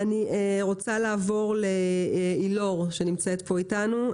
אני רוצה לעבור לאילור שנמצאת פה אתנו.